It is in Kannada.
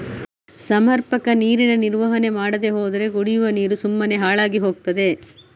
ಸಮರ್ಪಕ ನೀರಿನ ನಿರ್ವಹಣೆ ಮಾಡದೇ ಹೋದ್ರೆ ಕುಡಿವ ನೀರು ಸುಮ್ಮನೆ ಹಾಳಾಗಿ ಹೋಗ್ತದೆ